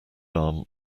arm